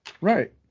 Right